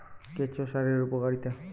কেঁচো সারের উপকারিতা?